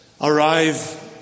arrive